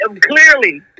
Clearly